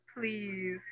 please